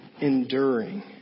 enduring